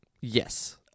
Yes